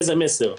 איזה מסר עובר?